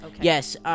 Yes